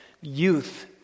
youth